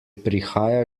prihaja